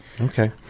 Okay